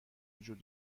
وجود